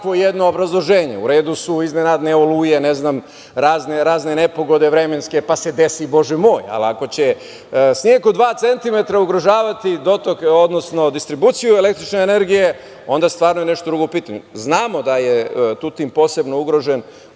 jedno obrazloženje. U redu su iznenadne oluje, razne nepogode vremenske, pa se desi, bože moj, ali ako će sneg od dva centimetra ugrožavati dotok, odnosno distribuciju električne energije, onda stvarno je nešto drugo u pitanju. Znamo da je Tutin posebno ugrožen